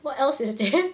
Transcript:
what else is there